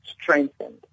strengthened